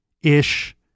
ish